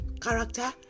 character